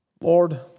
Lord